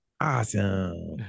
awesome